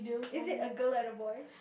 is it a girl and a boy